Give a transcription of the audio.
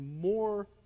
more